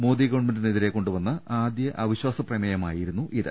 മോദി ഗവൺമെന്റിനെതിരെ കൊണ്ടുവന്ന ആദ്യ അവിശ്വാസപ്രമേയമായിരുന്നു ഇത്